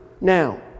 now